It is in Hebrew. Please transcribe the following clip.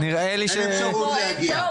אין אפשרות להגיע.